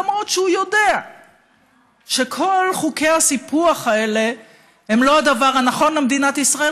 למרות שהוא יודע שכל חוקי הסיפוח האלה הם לא הדבר הנכון למדינת ישראל.